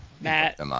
Matt